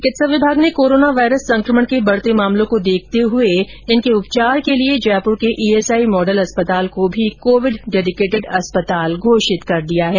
चिकित्सा विभाग ने कोरोना वायरस संकमण के बढ़ते मामलों को देखते हुए इनके उपचार के लिए जयपुर के ईएसआई मॉडल अस्पताल को भी कोविड डेडिकेटेड अस्पताल घोषित कर दिया है